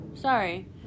Sorry